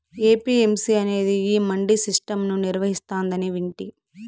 APMC అనేది ఈ mandi system ను నిర్వహిస్తాందని వింటి